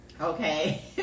Okay